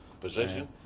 Position